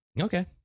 Okay